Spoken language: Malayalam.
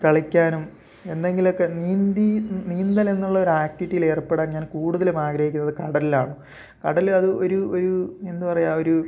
കളിക്കാനും എന്തെങ്കിലൊക്കെ നീന്തി നീന്തലെന്നുള്ള ഒരാക്റ്റിവിറ്റിൽ ഏർപ്പെടാൻ ഞാൻ കൂടുതലും ആഗ്രഹിക്കുന്നത് കടലിലാണ് കടൽ അത് ഒരു ഒരു എന്താ പറയുക ഒരു